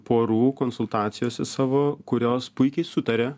porų konsultacijose savo kurios puikiai sutaria